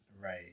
Right